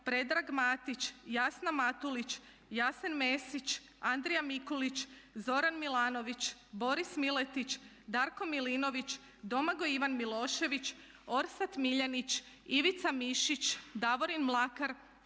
Predrag Matić, Jasna Matulić, Jasen Mesić, Andrija Mikulić, Zoran Milanović, Boris Miletić, Darko Milinović, Domagoj Ivan Milošević, Orsat Miljenić, Ivica Mišić, Davorin Mlakar,